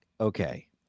Okay